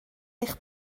eich